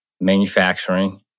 manufacturing